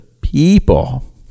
people